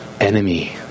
enemy